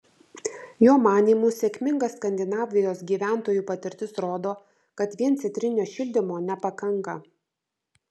jo manymu sėkminga skandinavijos gyventojų patirtis rodo kad vien centrinio šildymo nepakanka